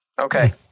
Okay